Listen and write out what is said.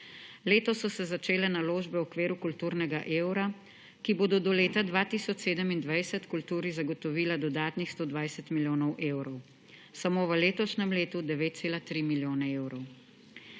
Letos so se začele naložbe v okviru kulturnega evra, ki bodo do leta 2027 kulturi zagotovili dodatnih 120 milijonov evrov, samo v letošnjem letu 9,3 milijonov evrov.